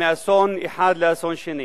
מאסון אחד לאסון שני